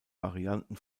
varianten